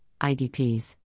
IDPs